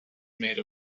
made